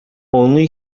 only